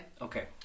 Okay